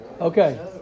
Okay